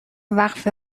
وقف